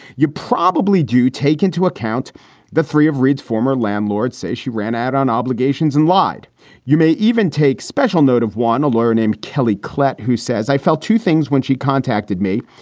you probably do take into account the three of reid's former landlord say she ran out on obligations and lied you may even take special note of one lawyer named kelly klett who says, i felt two things when she contacted me,